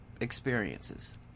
experiences